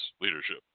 leadership